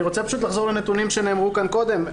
אני רוצה לחזור לנתונים שנאמרו כאן קודם.